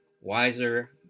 wiser